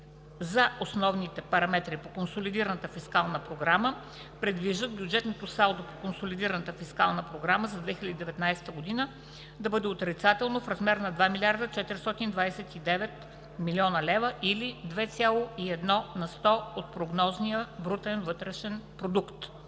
за основните параметри по консолидираната фискална програма предвиждат бюджетното салдо по консолидираната фискална програма за 2019 г. да бъде отрицателно в размер на 2 млрд. 429 млн. лв. или 2,1 на сто от прогнозния брутен вътрешен продукт.